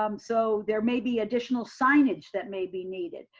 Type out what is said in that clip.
um so there may be additional signage that may be needed.